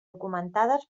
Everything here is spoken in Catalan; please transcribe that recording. documentades